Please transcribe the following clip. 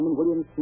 William